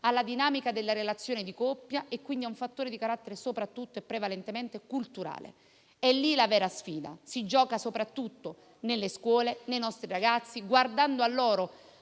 alla dinamica della relazione di coppia e quindi a un fattore di carattere soprattutto e prevalentemente culturale. È lì la vera sfida. Si gioca in special modo nelle scuole, tra i nostri ragazzi, guardando a loro